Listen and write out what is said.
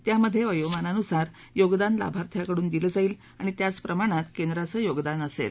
त्यामध्ये वयोमानानुसार योगदान लाभार्थ्याकडून दिलं जाईल आणि त्याच प्रमाणात केंद्राचं योगदान असेल